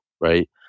right